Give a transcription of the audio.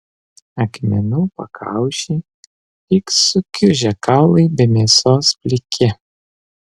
akmenų pakaušiai lyg sukiužę kaulai be mėsos pliki